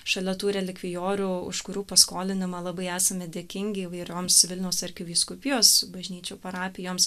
šalia tų relikvijorių už kurių paskolinimą labai esame dėkingi įvairioms vilniaus arkivyskupijos bažnyčių parapijoms